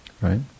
Right